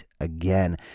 again